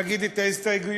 נגיד את ההסתייגויות,